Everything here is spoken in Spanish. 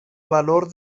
valor